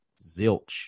zilch